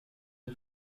the